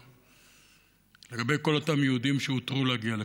על כל אותם יהודים שהותרו להגיע לכאן.